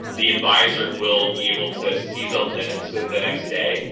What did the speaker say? the adviser will be able to see the list of the next day.